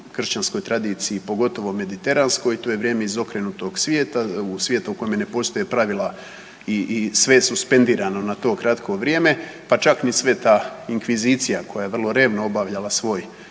kršćanskoj tradiciji, pogotovo mediteranskoj, to je vrijeme izokrenutog svijeta u kome ne postoje pravila i sve je suspendirano na to kratko vrijeme, pa čak ni sveta inkvizicija koja je vrlo revno obavljala svoj